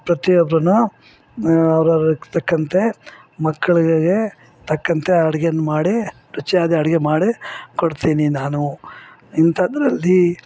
ಪ್ರತಿಯೊಬ್ರು ಅವ್ರವ್ರಿಗೆ ತಕ್ಕಂತೆ ಮಕ್ಳಗೆ ತಕ್ಕಂತೆ ಅಡುಗೆ ಮಾಡಿ ರುಚಿಯಾದ ಅಡುಗೆ ಮಾಡಿ ಕೊಡ್ತಿನಿ ನಾನು ಇಂಥದ್ರಲ್ಲಿ